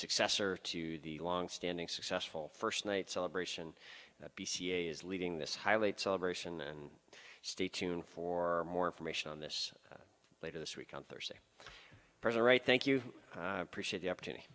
successor to the longstanding successful first night celebration that b c is leading this high late celebration and stay tuned for more information on this later this week on thursday person right thank you appreciate the opportunity